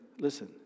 listen